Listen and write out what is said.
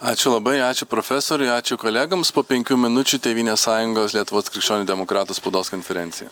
ačiū labai ačiū profesoriui ačiū kolegoms po penkių minučių tėvynės sąjungos lietuvos krikščionių demokratų spaudos konferencija